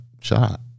shot